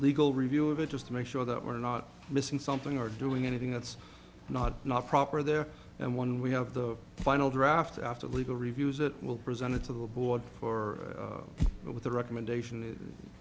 legal review of it just to make sure that we're not missing something or doing anything that's not not proper there and when we have the final draft after legal reviews it will presented to the board or with the recommendation